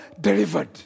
delivered